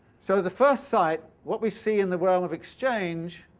so the first sight what we see in the world of exchange